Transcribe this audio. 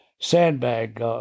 sandbag